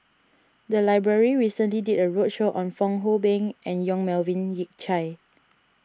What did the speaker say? the library recently did a roadshow on Fong Hoe Beng and Yong Melvin Yik Chye